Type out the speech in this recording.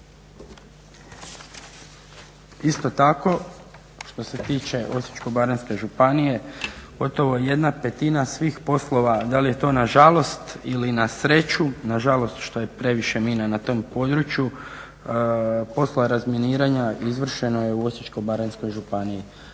Isto tako što se tiče Osječko-baranjske županije gotovo 1/5 svih poslova, da li je to na žalost ili na sreću, nažalost što je previše mina na tom području, poslova razminiranja izvršeno je u Osječko-baranjskoj županiji.